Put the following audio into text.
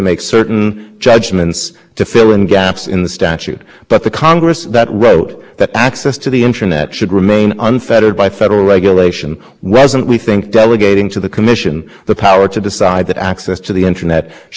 what was its using a separate service was because it was relying on the supreme court's midwest video to decision which talked about cable companies carrying the programming of programmers carrying that content to its reach all subscribers and treated that as a